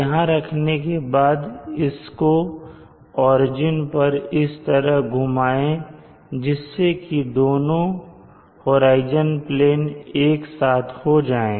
यहां रखने के बाद इसको ओरिजिन पर इस तरह घूमांए जिससे कि दोनों होराइजन प्लेन एक साथ हो जाएं